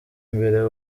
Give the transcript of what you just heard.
mbere